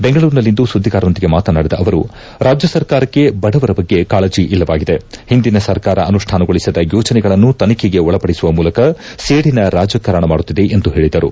ಬೆಂಗಳೂರಿನಲ್ಲಿಂದು ಸುದ್ಗಿಗಾರರೊಂದಿಗೆ ಮಾತನಾಡಿದ ಅವರು ರಾಜ್ಜ ಸರ್ಕಾರಕ್ಷೆ ಬಡವರ ಬಗ್ಗೆ ಕಾಳಜಿ ಇಲ್ಲವಾಗಿದೆ ಹಿಂದಿನ ಸರ್ಕಾರ ಅನುಷ್ಲಾನಗೊಳಿಸಿದ ಯೋಜನೆಗಳನ್ನು ತನಿಖೆಗೆ ಒಳಪಡಿಸುವ ಮೂಲಕ ಸೇಡಿನ ರಾಜಕಾರಣ ಮಾಡುತ್ತಿದೆ ಎಂದು ಹೇಳಿದರು